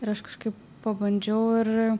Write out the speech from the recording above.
ir aš kažkaip pabandžiau ir